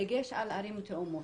בדגש על ערים תאומות.